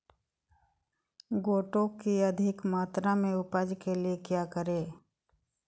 गोटो की अधिक मात्रा में उपज के लिए क्या करें?